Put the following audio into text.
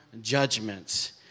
judgments